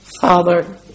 Father